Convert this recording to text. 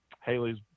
Haley's